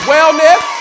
Wellness